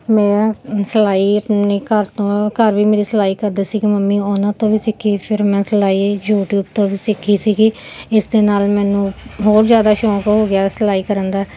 ਮੈਂ ਸਿਲਾਈ ਆਪਣੇ ਘਰ ਤੋਂ ਘਰ ਵੀ ਮੇਰੀ ਸਿਲਾਈ ਕਰਦੇ ਸੀਗੇ ਮੰਮੀ ਉਹਨਾਂ ਤੋਂ ਵੀ ਸਿੱਖੀ ਫਿਰ ਮੈਂ ਸਿਲਾਈ ਯੂਟੀਊਬ ਤੋਂ ਵੀ ਸਿੱਖੀ ਸੀਗੀ ਇਸ ਦੇ ਨਾਲ ਮੈਨੂੰ ਹੋਰ ਜ਼ਿਆਦਾ ਸ਼ੌਕ ਹੋ ਗਿਆ ਸਿਲਾਈ ਕਰਨ ਦਾ